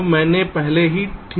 यह मैंने पहले ही ठीक कहा है